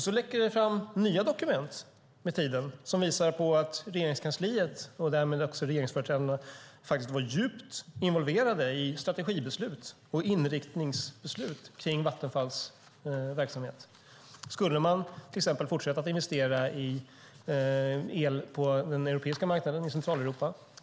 Så läcker det med tiden ut nya dokument som visar att Regeringskansliet, och därmed också regeringsföreträdarna, faktiskt var djupt involverade i strategibeslut och inriktningsbeslut kring Vattenfalls verksamhet. Skulle man till exempel fortsätta att investera i el på den europeiska marknaden i Centraleuropa?